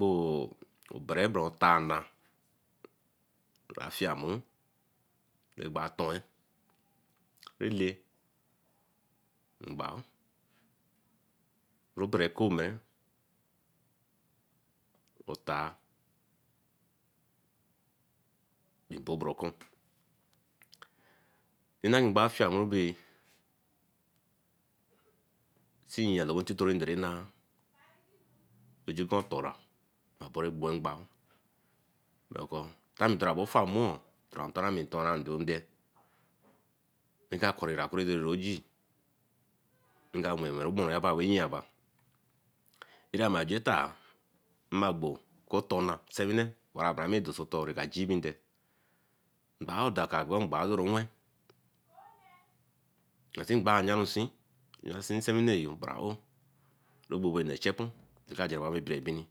Be bere bere otor meh afiyemera egba tenru ele ngbao bere kemere otar ato bere okun. Nna ngbao fiamuru bay see abo ntito inderanah tin kin bao otorah nkapurah bean ngbao tin ame dorey eka fan nmah oō and nten ami der nden ray kah kori ray ke ray jii ngawan wen ogbonru egba way nyeaba. Area margentaā imagbo okuotu nna, nsewine bara me deso otor rekar jü nde ngbao do kar baraka ngbao de run nwe ngbao ayarunsee Yarensee nsewine yo ro gbogbo nah echepur npepepine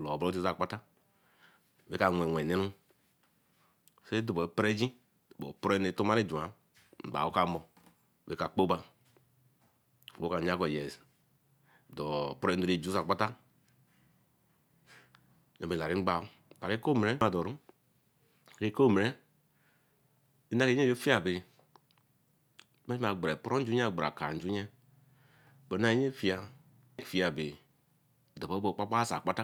lobo nse akpata eka Wenwen neru setubo operagin or opene tomaā gwan aowe okamur ekakpebar okayan ku yes opereye ray ju se okpate lorun ngbao akaomere anurejunitive bay ahe deboekpapas oso akpata